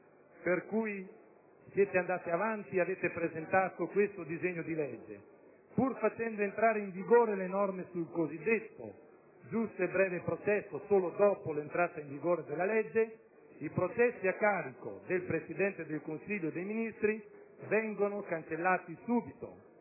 per cui siete andati avanti e avete presentato il disegno di legge. Pur facendo entrare in vigore le norme sul cosiddetto giusto e breve processo solo dopo l'entrata in vigore della legge, i processi a carico del Presidente del Consiglio dei ministri vengono cancellati subito.